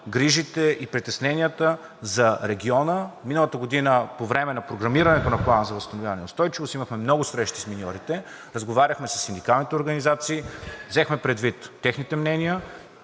грижите и притесненията за региона. Миналата година по време на програмирането на Плана за възстановяване и устойчивост имахме много срещи с миньорите, разговаряхме със синдикалните организации, взехме предвид техните мнения